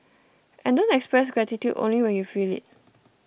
and don't express gratitude only when you feel it